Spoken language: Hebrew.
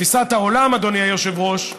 תפיסת העולם, אדוני היושב-ראש,